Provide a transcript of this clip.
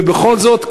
ובכל זאת,